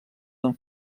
amb